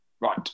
Right